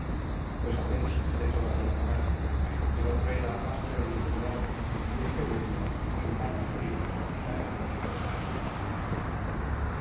pues aquel de todo hacia comercio el otro era áspero y descuidado y este último muy humano y solícito en hacerlos a todos felices